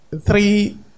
three